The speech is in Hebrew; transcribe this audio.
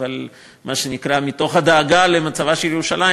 אבל מה שנקרא: מתוך הדאגה למצבה של ירושלים,